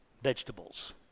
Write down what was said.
vegetables